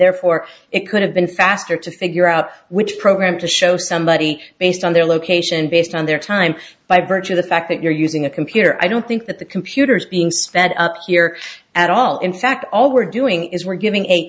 therefore it could have been faster to figure out which program to show somebody based on their location based on their time by virtue of the fact that you're using a computer i don't think that the computers being sped up here at all in fact all we're doing is we're giving a